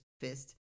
fist